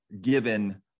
given